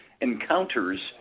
encounters